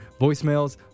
Voicemails